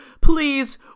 please